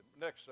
next